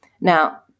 Now